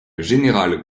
général